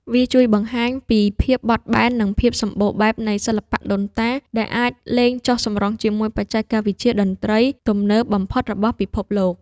វាជួយបង្ហាញពីភាពបត់បែន និងភាពសម្បូរបែបនៃសិល្បៈដូនតា ដែលអាចលេងចុះសម្រុងជាមួយបច្ចេកវិទ្យាតន្ត្រីទំនើបបំផុតរបស់ពិភពលោក។